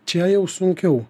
čia jau sunkiau